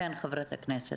חברת הכנסת.